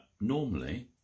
normally